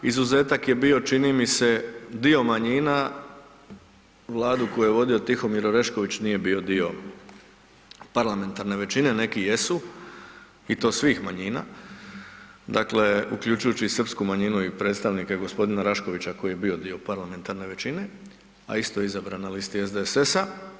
Izuzetak je bio, čini mi se, dio manjina, Vladu koju je vodio Tihomir Orešković, nije bio dio parlamentarne većine, neki jesu i to svih manjina, dakle uključujući i srpsku manjinu i predstavnike g. Raškovića koji je bio dio parlamentarne većine, a isto je izabran na listi SDSS-a.